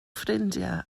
ffrindiau